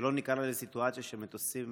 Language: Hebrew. שלא ניקלע לסיטואציה שמטוסים